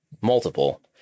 multiple